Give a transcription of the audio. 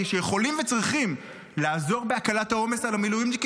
שיכולים וצריכים לעזור בהקלת העומס על המילואימניקים,